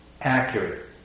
accurate